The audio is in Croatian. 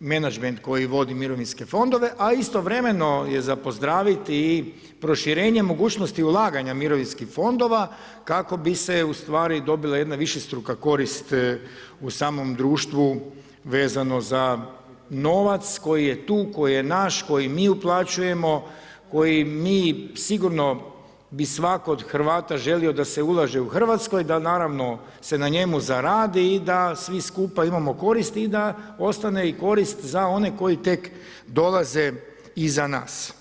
menadžment koji vodi mirovinske fondove, a istovremeno je za pozdraviti i proširenje mogućnosti ulaganja mirovinskih fondova kako bi se ustvari dobila jedna višestruka korist u samom društvu vezano za novac koji je tu, koji je naš, koji mi uplaćujemo, koji mi sigurno bi svatko od Hrvata želio da se ulaže u Hrvatskoj, da naravno se na njemu zaradi i da svi skupa imamo koristi i da ostane i korist za one koji tek dolaze iza nas.